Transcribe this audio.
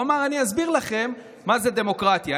הוא אמר, אני אסביר לכם מה זה דמוקרטיה.